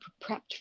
prepped